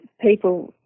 people